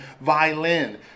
violin